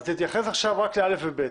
תתייחס עכשיו רק ל-(ב).